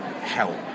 help